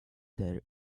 that